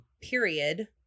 period